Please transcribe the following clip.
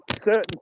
certain